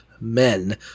men